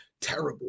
terrible